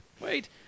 wait